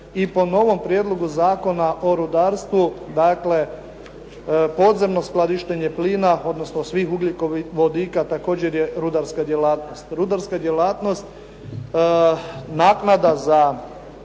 i po novom prijedlogu Zakona o rudarstvu podzemno skladištenje plina odnosno ugljikovodika također je rudarska djelatnost. Naknada za rudarsku djelatnost se do sada